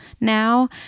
now